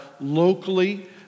locally